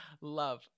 Love